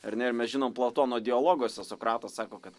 ar ne ir mes žinom platono dialoguose sokratas sako kad